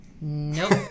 Nope